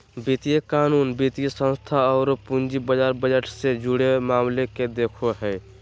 वित्तीय कानून, वित्तीय संस्थान औरो पूंजी बाजार बजट से जुड़े मामले के देखो हइ